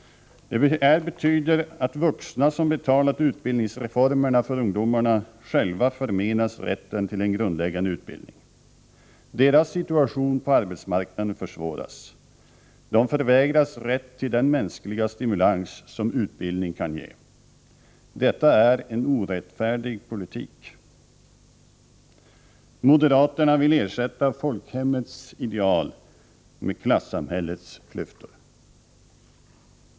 Detta betyder att de vuxna, som betalat utbildningsreformerna för ungdomarna, själva förmenas rätten till en grundläggande utbildning. Deras situation på arbetsmarknaden försvåras. De förvägras rätt till den mänskliga stimulans som utbildning kan ge. Detta är en orättfärdig politik. Moderaterna vill ersätta folkhemmets ideal med klassamhällets klyftor.